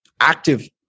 active